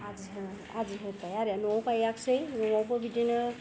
आदि होन आदि होबाय आरो न'आव गायाखिसै न'आवबो बिदिनो